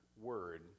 word